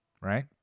right